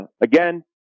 again